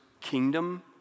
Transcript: kingdom